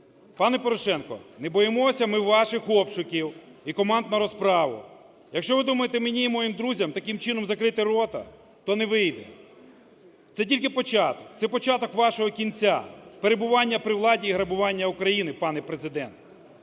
Пане Порошенко, не боїмося ми ваших обшуків і команд на розправу. Якщо ви думаєте, мені і моїм друзям таким чином закрити рота, то не вийде. Це тільки початок. Це початок вашого кінця, перебування при владі і грабування України, пане Президенте.